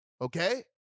Okay